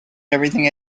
everything